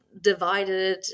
divided